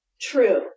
True